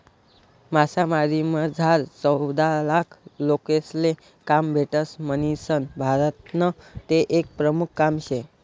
मासामारीमझार चौदालाख लोकेसले काम भेटस म्हणीसन भारतनं ते एक प्रमुख काम शे